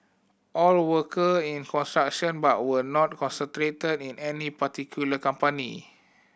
all worker in construction but were not concentrated in any particular company